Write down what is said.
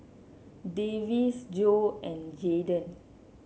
Davis Jo and Jadon